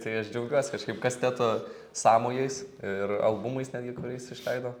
tai aš džiaugiuos kažkaip kasteto sąmojais ir albumais netgi kur jis išleido